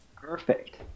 Perfect